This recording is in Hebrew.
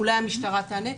אולי המשטרה תענה.